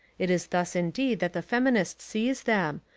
it is thus indeed that the feminist sees them,